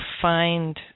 find